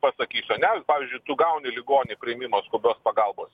pasakysiu ane pavyzdžiui tu gauni ligonį į priėmimą skubios pagalbos